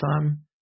time